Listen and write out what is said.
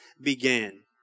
began